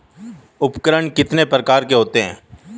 उपकरण कितने प्रकार के होते हैं?